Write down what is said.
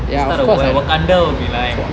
is like the what wakanda will be like